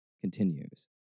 continues